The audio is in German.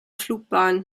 flugbahn